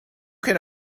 can